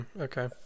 Okay